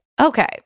Okay